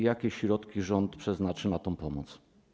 Jakie środki rząd przeznaczy na tę pomoc?